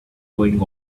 going